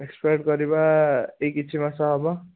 expired କରିବା ଏଇ କିଛି ମାସ ହେବ